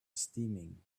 steaming